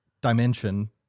dimension